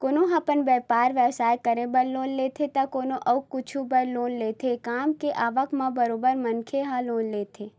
कोनो ह अपन बइपार बेवसाय करे बर लोन लेथे त कोनो अउ कुछु बर लोन लेथे काम के आवक म बरोबर मनखे ह लोन लेथे